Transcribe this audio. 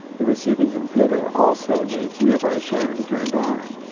the receiving computer also needs nearby sharing turned on.